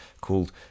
called